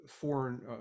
foreign